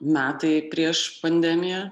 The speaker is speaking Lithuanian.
metai prieš pandemiją